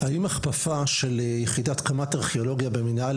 האם הכפפה של יחידת קמ"ט ארכיאולוגיה במינהל